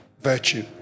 Virtue